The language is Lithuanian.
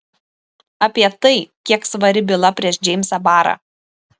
apie tai kiek svari byla prieš džeimsą barą